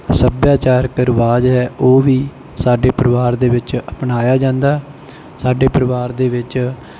ਸੱਭਿਆਚਾਰਕ ਰਿਵਾਜ਼ ਹੈ ਉਹ ਵੀ ਸਾਡੇ ਪਰਿਵਾਰ ਦੇ ਵਿੱਚ ਅਪਣਾਇਆ ਜਾਂਦਾ ਸਾਡੇ ਪਰਿਵਾਰ ਦੇ ਵਿੱਚ